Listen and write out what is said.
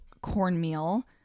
cornmeal